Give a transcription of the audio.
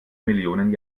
millionen